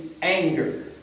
anger